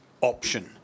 option